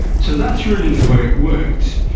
so that's really the way it worked.